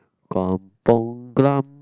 Kampung-Glam